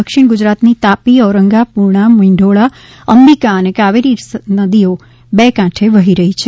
દક્ષિણ ગુજરાતની તાપી ઔરંગા પૂર્ણ મીંઢોળા અંબિકા અને કાવેરી સહિતની નદીઓ બે કાંઠે વહી રહી છે